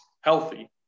healthy